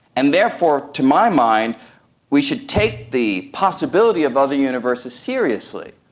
and therefore to my mind we should take the possibility of other universes seriously.